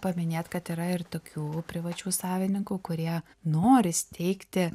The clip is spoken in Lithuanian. paminėt kad yra ir tokių privačių savininkų kurie nori steigti